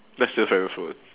that's your favourite food